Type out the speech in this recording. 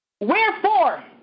Wherefore